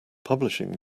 publishing